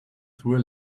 through